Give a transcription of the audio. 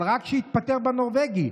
אבל רק שיתפטר בנורבגי,